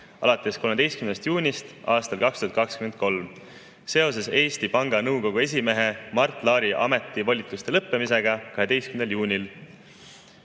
alates 13. juunist aastal 2023 seoses Eesti Panga Nõukogu esimehe Mart Laari ametivolituste lõppemisega 12. juunil. Urmas